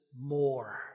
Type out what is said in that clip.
more